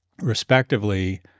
respectively